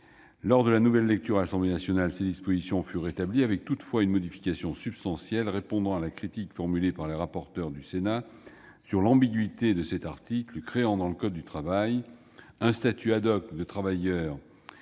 Lors de la nouvelle lecture à l'Assemblée nationale, ces dispositions furent rétablies, avec, toutefois, une modification substantielle, répondant à la critique formulée par les corapporteurs du Sénat sur l'ambiguïté de l'article créant, dans le code du travail, un statut de travailleurs